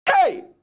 Hey